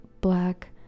black